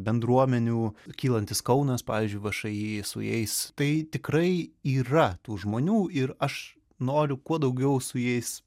bendruomenių kylantis kaunas pavyzdžiui všį su jais tai tikrai yra tų žmonių ir aš noriu kuo daugiau su jais